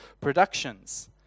Productions